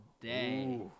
day